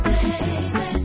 Baby